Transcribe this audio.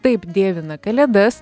taip dievina kalėdas